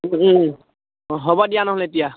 হ'ব দিয়া নহ'লে এতিয়া